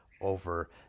over